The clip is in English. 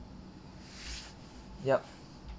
yup